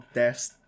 test